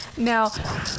Now